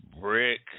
Brick